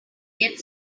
get